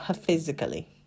Physically